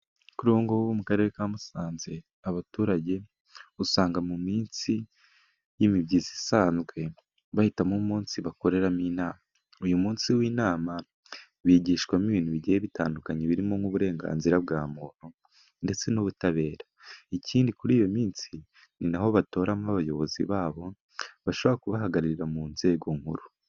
Kurubu mu karere ka musanze, abaturage usanga mu minsi y'imibyizi isanzwe bahitamo umunsi bakoreramo inama, uyu munsi w'inama bigishwamo ibintu bigiye bitandukanye birimo nk'uburenganzira bwa muntu ndetse n'ubutabera. Ikindi kuri wo minsi niho batoramo abayobozi babo bashobora kubahagararira mu nzego nkuru.